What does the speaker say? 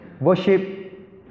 Worship